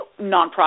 nonprofit